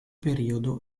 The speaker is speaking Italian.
periodo